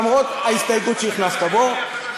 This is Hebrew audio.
למרות ההסתייגות שהכנסת בו.